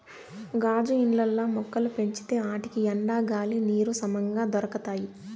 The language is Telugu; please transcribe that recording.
గాజు ఇండ్లల్ల మొక్కలు పెంచితే ఆటికి ఎండ, గాలి, నీరు సమంగా దొరకతాయి